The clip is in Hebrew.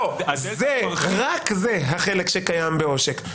זה, רק זה החלק שקיים בעושק.